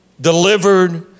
delivered